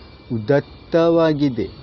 ಉದಾತ್ತವಾಗಿದೆ